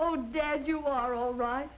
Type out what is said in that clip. oh dad you are all right